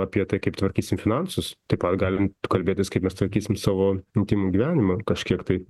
apie tai kaip tvarkysim finansus taip pat galim kalbėtis kaip mes tvarkysim savo intymų gyvenimą kažkiek tai